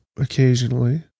occasionally